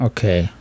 Okay